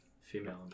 female